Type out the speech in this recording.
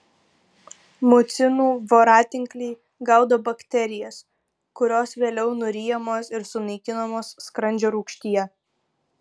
mucinų voratinkliai gaudo bakterijas kurios vėliau nuryjamos ir sunaikinamos skrandžio rūgštyje